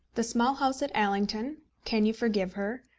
the small house at allington can you forgive her?